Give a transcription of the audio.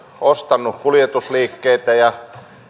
ostanut kuljetusliikkeitä ja